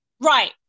Right